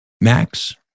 Max